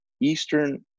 Eastern